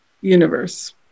universe